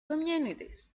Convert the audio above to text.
communities